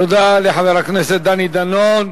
תודה לחבר הכנסת דני דנון.